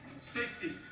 Safety